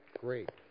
great